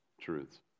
truths